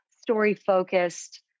story-focused